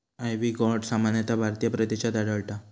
ivy gourd सामान्यतः भारतीय प्रदेशात आढळता